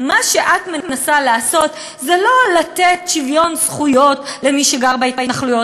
מה שאת מנסה לעשות זה לא לתת שוויון זכויות למי שגר בהתנחלויות,